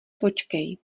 počkej